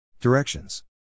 Directions